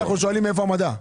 אנחנו שואלים מאיפה המדע.